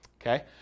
Okay